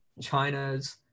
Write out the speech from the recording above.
China's